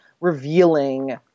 revealing